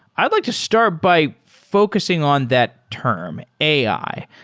i'd like to start by focusing on that term, ai.